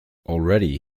already